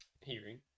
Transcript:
Hearing